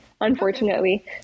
unfortunately